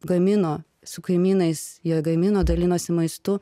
gamino su kaimynais jie gamino dalinosi maistu